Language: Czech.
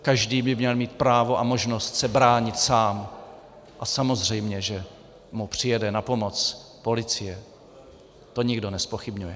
Každý by měl mít právo a možnost se bránit sám, a samozřejmě že mu přijede na pomoc policie, to nikdo nezpochybňuje.